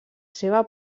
seva